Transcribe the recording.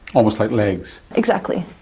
almost like legs. exactly.